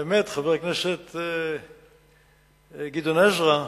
האמת, חבר הכנסת גדעון עזרא,